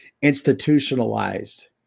institutionalized